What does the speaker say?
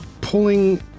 pulling